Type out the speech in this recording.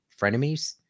frenemies